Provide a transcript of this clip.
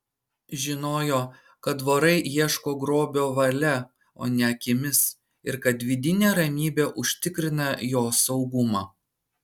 žinojo kad vorai ieško grobio valia o ne akimis ir kad vidinė ramybė užtikrina jo saugumą